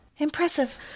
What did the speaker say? impressive